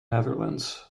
netherlands